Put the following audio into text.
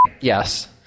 Yes